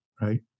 Right